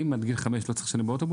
אם עד גיל חמש לא צריך לשלם באוטובוס,